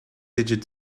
digit